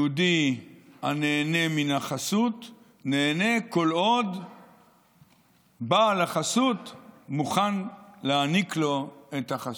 יהודי הנהנה מן החסות נהנה כל עוד בעל החסות מוכן להעניק לו את החסות,